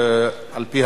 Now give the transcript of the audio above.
על-פי הצעת הוועדה.